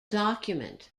document